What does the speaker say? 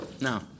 Now